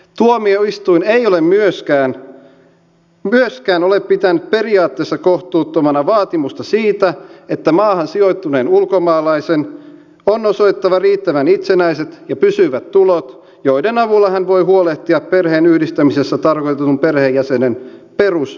tuomioistuin ei ole myöskään pitänyt periaatteessa kohtuuttomana vaatimusta siitä että maahan sijoittuneen ulkomaalaisen on osoitettava riittävän itsenäiset ja pysyvät tulot joiden avulla hän voi huolehtia perheenyhdistämisessä tarkoitetun perheenjäsenen perustoimeentulosta